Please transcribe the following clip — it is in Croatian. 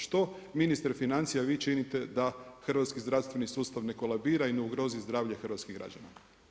Što ministar financija, vi činite, da hrvatski zdravstveni sustav ne kolabira i ne ugrozi zdravlje hrvatskih građana?